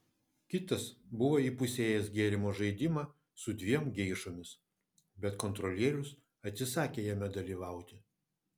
kitas buvo įpusėjęs gėrimo žaidimą su dviem geišomis bet kontrolierius atsisakė jame dalyvauti